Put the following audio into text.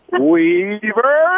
Weaver